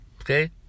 Okay